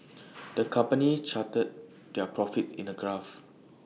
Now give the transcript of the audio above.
the company charted their profits in A graph